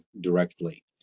directly